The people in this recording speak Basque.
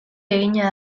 egina